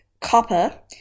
copper